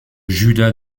judas